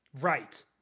Right